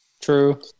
True